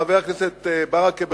חבר הכנסת ברכה,